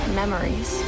memories